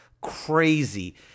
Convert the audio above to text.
crazy